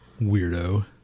Weirdo